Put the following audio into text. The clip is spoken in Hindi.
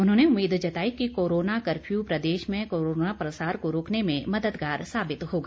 उन्होंने उम्मीद जताई कि कोरोना कफ्यू प्रदेश में कोरोना प्रसार को रोकने में मददगार साबित होगा